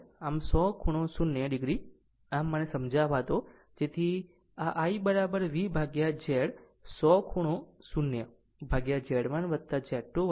આમ 100 ખૂણો 0 o આમ તેને સમજાવા દો જેથી આ એક r I V Z100 ખૂણો 0 Z1 Z2 Z 3